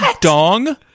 Dong